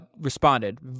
responded